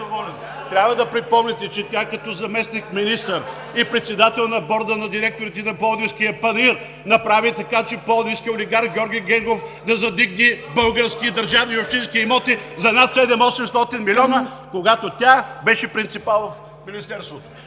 трябва да припомните, че тя като заместник-министър и председател на Борда на директорите на Пловдивския панаир направи така, че пловдивският олигарх Георги Гергов да задигне български държавни и общински имоти за над 700 – 800 милиона, когато тя беше принципал в министерството.